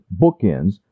bookends